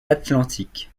atlantique